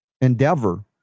endeavor